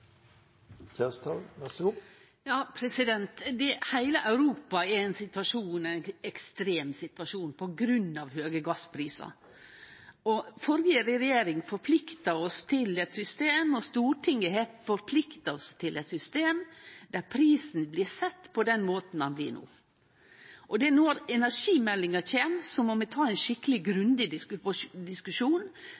Heile Europa er i ein ekstrem situasjon på grunn av høge gassprisar. Førre regjering, og Stortinget, forplikta oss til eit system der prisen blir sett på den måten han blir no. Når energimeldinga kjem, må vi ta ein skikkeleg